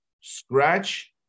scratch